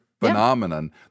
phenomenon